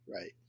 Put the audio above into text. Right